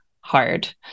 hard